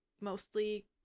mostly